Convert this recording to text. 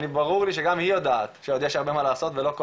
ברור לי שגם היא יודעת שעוד יש הרבה מה לעשות ולא כל